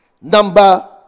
Number